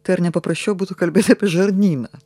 tai ar nepaprasčiau būtų kalbėt apie žarnyną